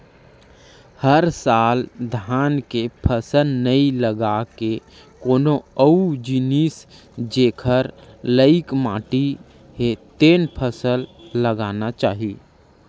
हर साल धान के फसल नइ लगा के कोनो अउ जिनिस जेखर लइक माटी हे तेन फसल लगाना चाही